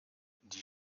die